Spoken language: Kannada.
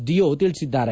ಡಿಯೋ ತಿಳಿಸಿದ್ದಾರೆ